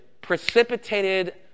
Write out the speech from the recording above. precipitated